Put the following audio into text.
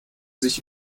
sich